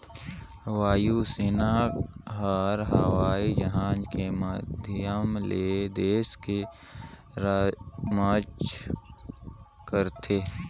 वायु सेना हर हवई जहाज के माधियम ले देस के रम्छा करथे